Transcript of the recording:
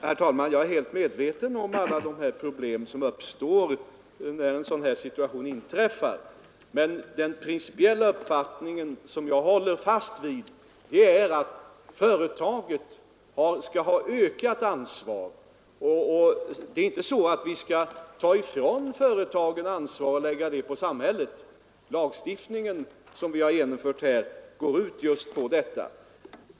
Herr talman! Jag är helt medveten om alla de problem som uppstår när en sådan här situation inträffar. Men min principiella uppfattning, som jag håller fast vid, är att företaget skall ha huvudansvaret. Vi skall inte ta ifrån företagen ansvaret och lägga det på samhället; den lagstiftning vi har genomfört går ut på ökat ansvar hos företagen.